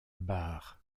barre